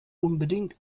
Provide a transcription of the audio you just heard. unbedingt